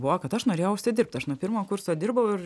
buvo kad aš norėjau užsidirbt aš nuo pirmo kurso dirbau ir